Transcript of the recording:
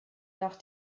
nach